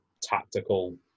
tactical